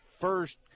first